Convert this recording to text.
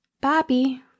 Bobby